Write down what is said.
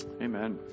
Amen